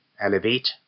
Elevate